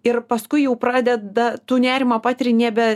ir paskui jau pradeda tu nerimą patiri nebe